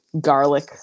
Garlic